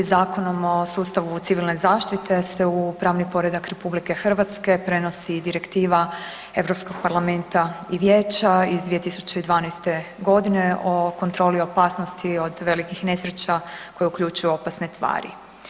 Zakonom o sustavu civilne zaštite se u pravni poredak RH prenosi direktiva Europskog parlamenta i Vijeća iz 2012.g. o kontroli opasnosti od velikih nesreća koje uključuju opasne tvari.